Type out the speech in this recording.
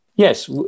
Yes